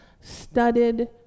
studded